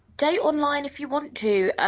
date online if you want to, ah